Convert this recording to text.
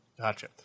Gotcha